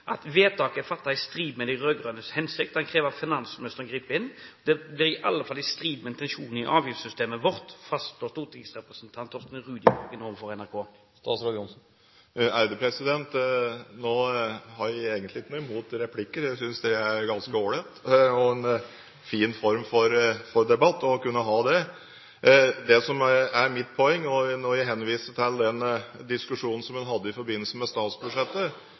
juni: «Vedtaket er fattet i strid med de rødgrønnes hensikt Han krever at finansminister Sigbjørn Johnsen griper inn. Dette blir i alle fall i strid med intensjonene i avgiftssystemet vårt», fastslår stortingsrepresentant Torstein Rudihagen overfor NRK. Nå har jeg egentlig ikke noe imot replikker. Jeg synes det er ganske all right og en fin form for debatt å kunne ha det. Det som er mitt poeng når jeg henviser til den diskusjonen som en hadde i forbindelse med statsbudsjettet,